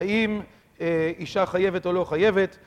האם אישה חייבת או לא חייבת?